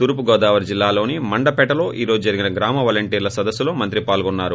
తూర్పుగోదావరి జిల్లాలోని మండపేటలో ఈ రోజు జరిగిన గ్రామ వలంటీర్ల సదస్పులో మంత్రి పాల్గొన్నారు